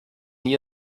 nie